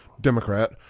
Democrat